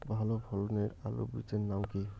ভালো ফলনের আলুর বীজের নাম কি?